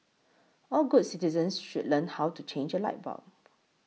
all good citizens should learn how to change a light bulb